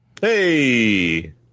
Hey